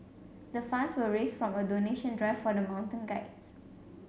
the funds were raised from a donation drive for the mountain guides